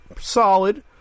Solid